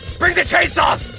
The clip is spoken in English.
bring the chainsaws!